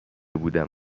بودم